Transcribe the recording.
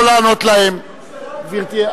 לא לענות להם, גברתי.